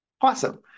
Awesome